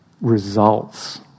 results